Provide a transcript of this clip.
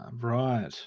Right